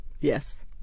Yes